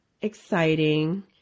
exciting